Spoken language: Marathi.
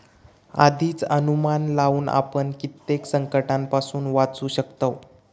आधीच अनुमान लावुन आपण कित्येक संकंटांपासून वाचू शकतव